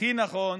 הכי נכון.